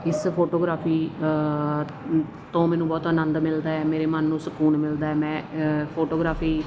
ਇਸ ਫੋਟੋਗ੍ਰਾਫੀ ਤੋਂ ਮੈਨੂੰ ਬਹੁਤ ਅਨੰਦ ਮਿਲਦਾ ਹੈ ਮੇਰੇ ਮਨ ਨੂੰ ਸਕੂਨ ਮਿਲਦਾ ਹੈ ਮੈਂ ਫੋਟੋਗ੍ਰਾਫੀ